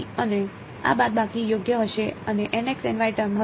આ બાદબાકી યોગ્ય હશે અને ટર્મ હશે